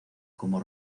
como